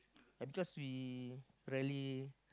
and cause we rarely